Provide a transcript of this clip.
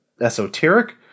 esoteric